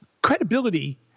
Credibility